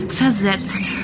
versetzt